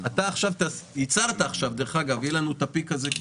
עכשיו יהיה לנו את הפיק הזה בשבוע-שבועיים האלה,